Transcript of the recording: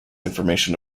information